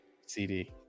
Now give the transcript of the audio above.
cd